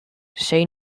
sei